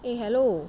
eh hello